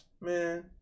Man